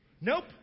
Nope